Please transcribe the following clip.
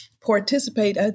participate